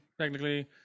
technically